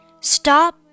Stop